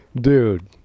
Dude